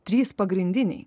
trys pagrindiniai